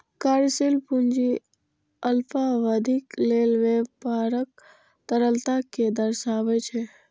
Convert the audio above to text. कार्यशील पूंजी अल्पावधिक लेल व्यापारक तरलता कें दर्शाबै छै